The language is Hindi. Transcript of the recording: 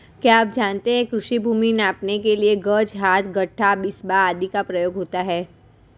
क्या आप जानते है कृषि भूमि नापने के लिए गज, हाथ, गट्ठा, बिस्बा आदि का प्रयोग होता है?